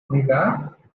theater